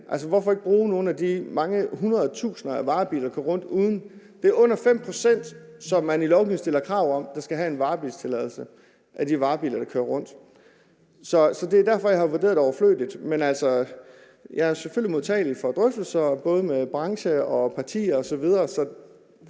den? Hvorfor ikke bruge nogle af de mange 100.000 af varebiler, der kører rundt uden? Det er under 5 pct., som man i lovgivningen stiller krav om skal have en varebilstilladelse af de varebiler, der kører rundt. Det er derfor, jeg har vurderet, at det var overflødigt. Men jeg er selvfølgelig åben over for drøftelser, både med branchen, partier osv.